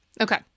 Okay